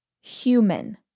human